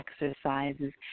exercises